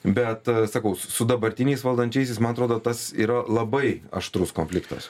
bet sakau su dabartiniais valdančiaisiais man atrodo tas yra labai aštrus konfliktas